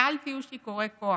אל תהיו שיכורי כוח.